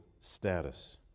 status